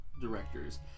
directors